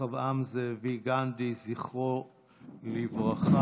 רחבעם זאבי גנדי, זכרו לברכה.